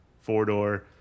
four-door